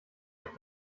euch